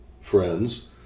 friends